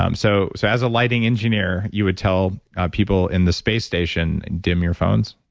um so so, as a lighting engineer, you would tell people in the space station, dim your phones